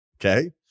Okay